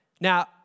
Now